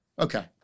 Okay